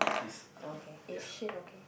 okay eh shit okay